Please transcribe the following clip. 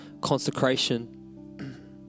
consecration